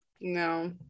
No